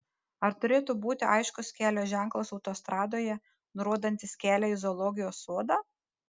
ar turėtų būti aiškus kelio ženklas autostradoje nurodantis kelią į zoologijos sodą